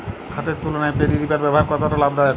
হাতের তুলনায় paddy reaper ব্যবহার কতটা লাভদায়ক?